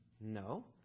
No